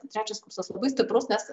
trečias kursas labai stiprus nes